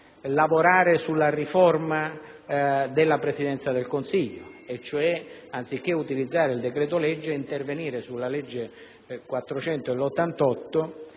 lavorare sulla riforma della Presidenza del Consiglio e, anziché utilizzare il decreto-legge, intervenire sulla legge n.